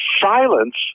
silence